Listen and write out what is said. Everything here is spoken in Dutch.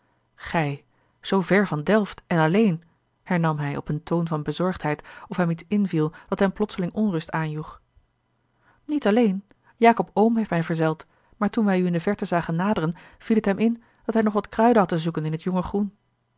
gij zoo ver van delft en alleen hernam hij op een toon van bezorgdheid of hem iets inviel dat hem plotseling onrust aanjoeg niet alleen jacob oom heeft mij verzeld maar toen wij oussaint zagen naderen viel het hem in dat hij nog wat kruiden had te zoeken in het jonge groen